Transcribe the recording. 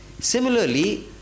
similarly